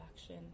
action